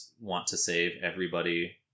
want-to-save-everybody